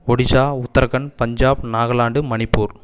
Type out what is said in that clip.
Odisha Uttarakhand Punjab Nagaland Manipur